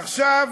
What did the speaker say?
עכשיו